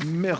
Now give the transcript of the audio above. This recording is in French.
La